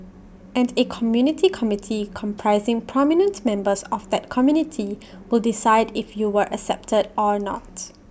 and A community committee comprising prominent members of that community will decide if you were accepted or not